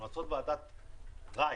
המלצות ועדת רייך,